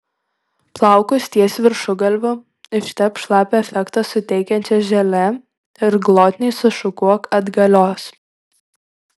plaukus ties viršugalviu ištepk šlapią efektą suteikiančia želė ir glotniai sušukuok atgalios